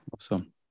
Awesome